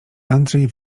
andrzej